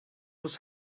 was